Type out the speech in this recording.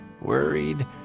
worried